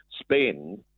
spend